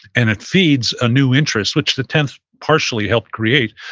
and it feeds a new interest, which the tenth partially helped create,